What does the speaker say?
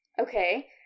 okay